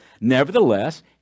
Nevertheless